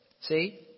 See